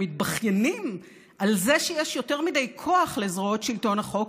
ומתבכיינים על זה שיש יותר מדי כוח לזרועות שלטון החוק,